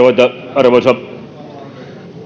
arvoisa